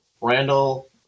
Randall